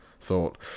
thought